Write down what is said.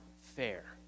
fair